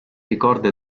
ricorda